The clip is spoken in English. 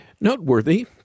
noteworthy